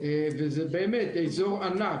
זה באמת אזור ענק.